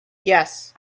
yes